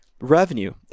revenue